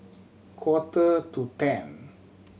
quarter to ten